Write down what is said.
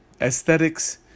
aesthetics